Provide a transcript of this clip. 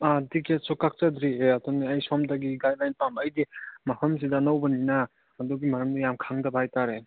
ꯑꯥ ꯇꯤꯀꯦꯠꯁꯨ ꯀꯛꯆꯗ꯭ꯔꯤꯌꯦ ꯑꯗꯨꯅꯦ ꯑꯩ ꯁꯣꯝꯗꯒꯤ ꯒꯥꯏꯗ ꯂꯥꯏꯟ ꯄꯥꯝꯕ ꯑꯩꯗꯤ ꯃꯐꯝꯁꯤꯗ ꯑꯅꯧꯕꯅꯤꯅ ꯑꯗꯨꯒꯤ ꯃꯔꯝꯗ ꯌꯥꯝ ꯈꯪꯗꯕ ꯍꯥꯏꯇꯥꯔꯦ